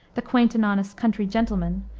the quaint and honest country gentleman,